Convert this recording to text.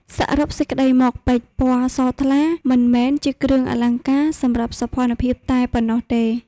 សរុបសេចក្តីមកពេជ្រ ពណ៌ស ថ្លា មិនមែនជាគ្រឿងអលង្ការសម្រាប់សោភ័ណភាពតែប៉ុណ្ណោះទេ។